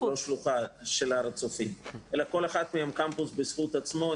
כל אחת מהן קמפוס בזכות עצמו.